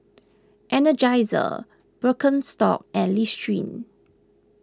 Energizer Birkenstock and Listerine